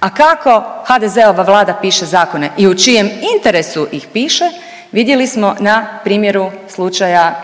a kako HDZ-ova Vlada piše zakone i u čijem interesu ih piše, vidjeli smo na primjeru slučaja